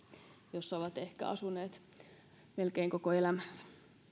jossa ovat asuneet ehkä melkein koko elämänsä